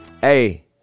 Hey